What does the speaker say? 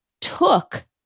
took